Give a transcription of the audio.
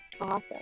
Awesome